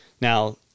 Now